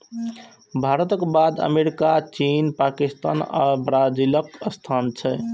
भारतक बाद अमेरिका, चीन, पाकिस्तान आ ब्राजीलक स्थान छै